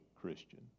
Christian